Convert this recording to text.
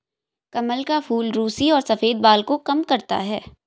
कमल का फूल रुसी और सफ़ेद बाल को कम करता है